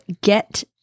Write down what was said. Get